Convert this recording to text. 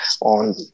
on